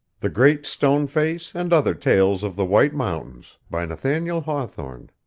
the great stone face and other tales of the white mountains by nathaniel hawthorne